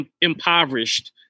impoverished